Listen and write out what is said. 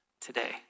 today